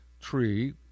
tree